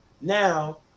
Now